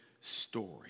story